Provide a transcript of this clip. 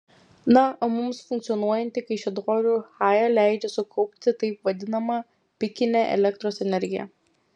na o mums funkcionuojanti kaišiadorių hae leidžia sukaupti taip vadinamą pikinę elektros energiją